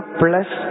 plus